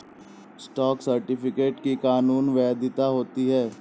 stock certificate की कानूनी वैधता होती है